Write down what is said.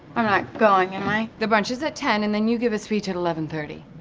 i'm not going, am i? the brunch is at ten, and then you give a speech at eleven thirty.